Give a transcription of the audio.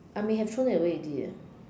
I may have thrown it away already eh